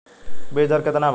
बीज दर केतना बा?